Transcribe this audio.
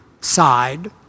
side